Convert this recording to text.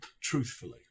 truthfully